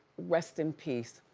rest in peace.